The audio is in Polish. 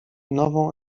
nową